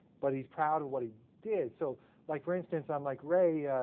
but he's proud of what he did. so like for instance, i'm like ray,